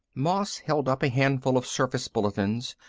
moss held up a handful of surface bulletins,